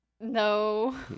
No